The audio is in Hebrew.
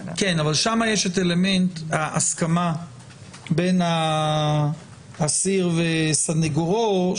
כן, אבל שם יש את אלמנט ההסכמה בין אסיר וסנגורו.